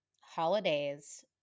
Holidays